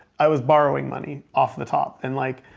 i was borrowing money off the top, and like,